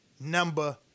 number